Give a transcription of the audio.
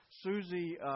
Susie